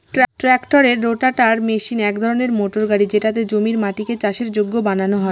ট্রাক্টরের রোটাটার মেশিন এক ধরনের মোটর গাড়ি যেটাতে জমির মাটিকে চাষের যোগ্য বানানো হয়